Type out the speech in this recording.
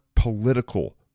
political